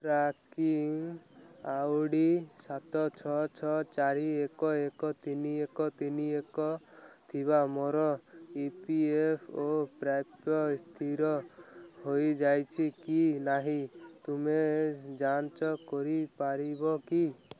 tracking I D ସାତ ଛଅ ଛଅ ଚାରି ଏକ ଏକ ତିନି ଏକ ତିନି ଏକ ଥିବା ମୋର ଇ ପି ଏଫ୍ ଓ ପ୍ରାପ୍ୟ ସ୍ଥିର ହୋଇଯାଇଛି କି ନାହିଁ ତୁମେ ଯାଞ୍ଚ କରିପାରିବ କି